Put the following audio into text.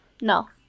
No